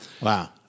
Wow